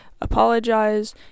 apologize